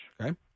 Okay